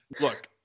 Look